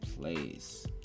place